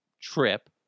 trip